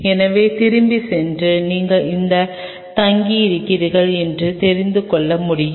எனவே திரும்பிச் சென்று நீங்கள் எங்கு தங்கியிருக்கிறீர்கள் என்று தெரிந்து கொள்ள முடியும்